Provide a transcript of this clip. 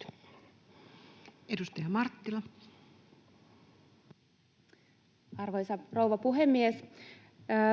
17:19 Content: Arvoisa rouva puhemies!